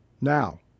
Now